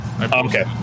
Okay